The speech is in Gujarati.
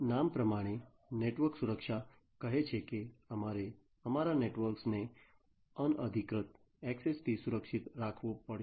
નામ પ્રમાણે નેટવર્ક સુરક્ષા કહે છે કે અમારે અમારા નેટવર્કને અનધિકૃત ઍક્સેસથી સુરક્ષિત રાખવું પડશે